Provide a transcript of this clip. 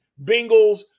Bengals